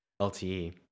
LTE